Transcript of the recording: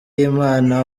y’imana